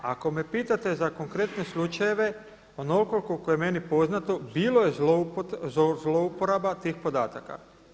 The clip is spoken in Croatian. Ako me pitate za konkretne slučajeve, onoliko koliko je meni poznato bilo je zlouporaba tih podataka.